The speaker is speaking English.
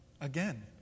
again